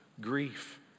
Grief